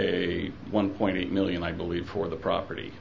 a one point eight million i believe for the property